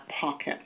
pocket